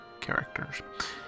characters